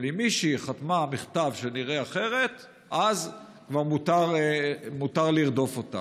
אבל אם מישהי חתמה על מכתב שנראה אחרת אז כבר מותר לרדוף אותה.